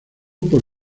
por